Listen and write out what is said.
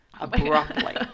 abruptly